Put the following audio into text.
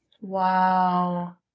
Wow